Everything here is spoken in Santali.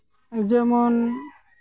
ᱡᱮᱢᱚᱱ